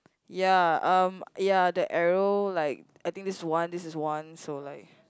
ya um ya that arrow like I think this is one this is one so like